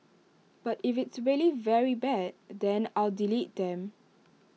but if it's really very bad then I'll delete them